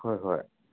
ꯍꯣꯏ ꯍꯣꯏ